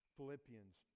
Philippians